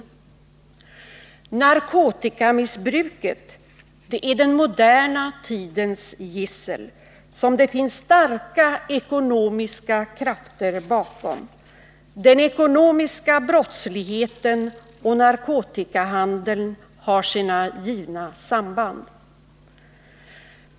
Narkotikamissbruket är den moderna Alkoholpolitik tidens gissel, som det finns starka ekonomiska krafter bakom. Den ekonomiska brottsligheten och narkotikahandeln har sina givna samband.